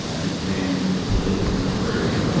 ah he came to sort of political maturity.